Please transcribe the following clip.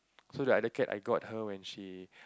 so the other cat I got her when she